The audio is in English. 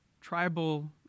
tribal